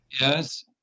Yes